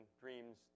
dreams